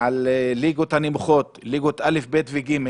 בליגות הנמוכות, א', ב' ו-ג'.